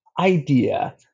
idea